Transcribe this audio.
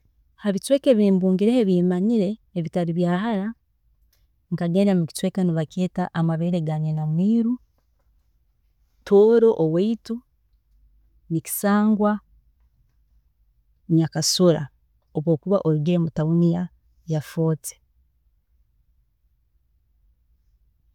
Habicweka ebimbungireho ebimanyire ebi nabungiire ebitari byahara nkagenda mukicweeka nibakyeeta amabeere ga nyina mwiiru, nikisangwa tooron oweitu nikisangwa nyakasula obu okuba ori mu town yeitu eya Fort